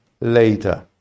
later